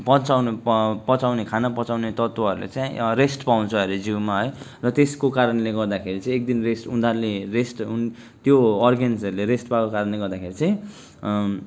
पचाउने पचाउने खाना पचाउने तत्त्वहरूले चाहिँ रेस्ट पाउँछ अरे जिउमा है र त्यसको कारणले गर्दाखेरि चाहिँ एक दिन रेस्ट उनीहरूले रेस्ट उन त्यो अर्गेन्सहरूले रेस्ट पाएको कारणले गर्दाखेरि चाहिँ